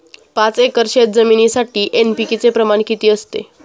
पाच एकर शेतजमिनीसाठी एन.पी.के चे प्रमाण किती असते?